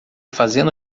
fazendo